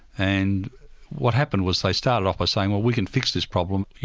and what happened was they started off by saying, well we can fix this problem,